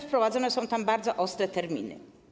Wprowadzone są także bardzo ostre terminy.